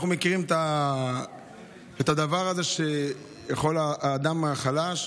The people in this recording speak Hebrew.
אנחנו מכירים את הדבר הזה שהאדם החלש,